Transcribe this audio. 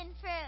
fruit